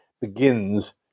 begins